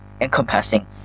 encompassing